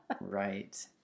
Right